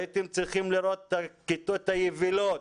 הייתם צריכים לראות את הכיתות היבילות